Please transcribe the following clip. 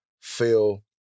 feel